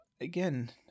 again